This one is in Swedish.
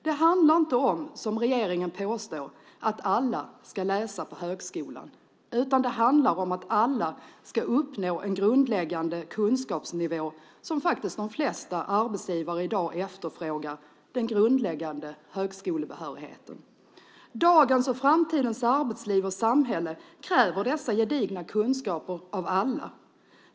Det handlar inte om, som regeringen påstår, att alla ska läsa på högskolan. Det handlar om att alla ska uppnå en grundläggande kunskapsnivå, som faktiskt de flesta arbetsgivare i dag efterfrågar, det vill säga den grundläggande högskolebehörigheten. Dagens och framtidens arbetsliv och samhälle kräver dessa gedigna kunskaper av alla.